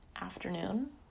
afternoon